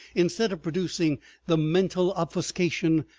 instead of producing the mental obfuscation,